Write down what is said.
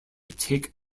take